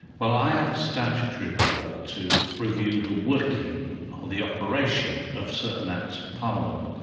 well i have a statutory role to review the working, or the operation of certain acts of parliament.